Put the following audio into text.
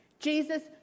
Jesus